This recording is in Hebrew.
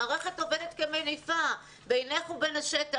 המערכת עובדת כמניפה בינך ובין השטח.